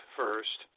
first